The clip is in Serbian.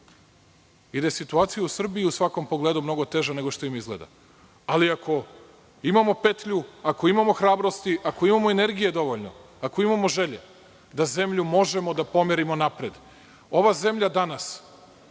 i da je situacija u Srbiji u svakom pogledu mnogo teža nego što im izgleda. Ali ako imamo petlju, ako imamo hrabrosti, ako imamo energije dovoljno, ako imamo želje da zemlju možemo da pomerimo napred. Ova zemlja danas